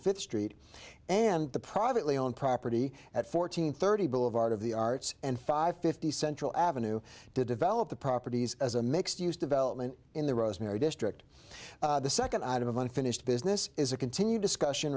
fifth street and the privately owned property at fourteen thirty boulevard of the arts and five fifty central avenue to develop the properties as a mixed use development in the rosemary district the second item of unfinished business is a continued discussion